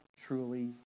truly